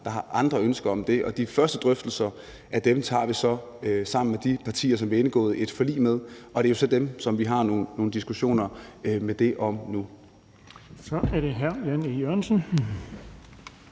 der har andre ønsker, og de første drøftelser af dem tager vi så sammen med de partier, som vi har indgået et forlig med. Det er jo så dem, som vi har nogle diskussioner om det med nu. Kl. 10:54 Den fg. formand